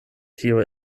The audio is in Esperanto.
tio